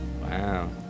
Wow